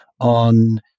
on